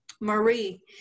Marie